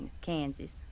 Kansas